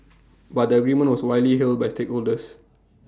but the agreement was widely hailed by stakeholders